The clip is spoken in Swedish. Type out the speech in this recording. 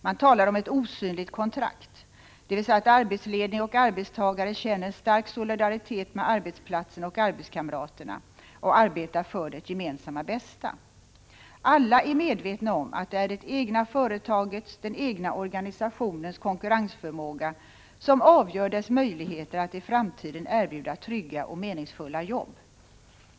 Man talar om ett osynligt kontrakt, dvs. att arbetsledning och arbetstagare känner en stark solidaritet med arbetsplatsen och arbetskamraterna och arbetar för det gemensamma bästa. Alla är medvetna om att det är det egna företagets, den egna organisationens, konkurrensförmåga som avgör dess möjligheter att i framtiden erbjuda trygga och meningsfulla jobb.